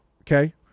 Okay